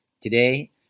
today